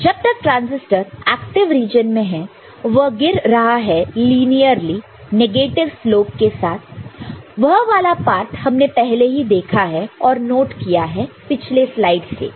जब तक transistor active region में है वह गिर रहा है लिनियरली नेगेटिव स्लोप के साथ वह वाला पार्ट हमने पहले ही देखा है और नोट किया है पिछले स्लाइड से